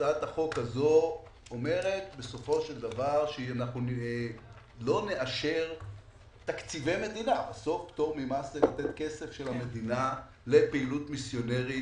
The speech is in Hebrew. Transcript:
פה מדובר על לתת פטור ממס לפעילות מיסיונרית